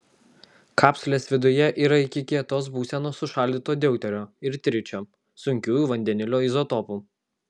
kapsulės viduje yra iki kietos būsenos sušaldyto deuterio ir tričio sunkiųjų vandenilio izotopų